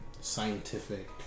scientific